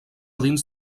dins